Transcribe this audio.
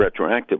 retroactively